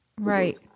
Right